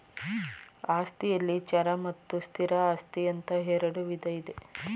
ಆಸ್ತಿಯಲ್ಲಿ ಚರ ಮತ್ತು ಸ್ಥಿರ ಆಸ್ತಿ ಅಂತ ಇರುಡು ವಿಧ ಇದೆ